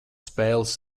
spēles